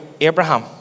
Abraham